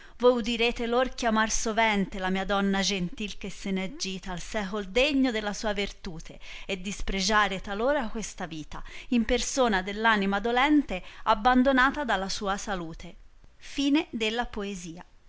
voi udirete lor ehiamar sovente la mia donna gentil che se n'è gita al secol degno della sua vertute dispregiare talor questa vita in persona delpanima dolente ìlbbandonata dalla sua salute